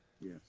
Yes